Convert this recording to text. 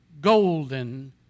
golden